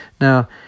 now